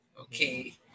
okay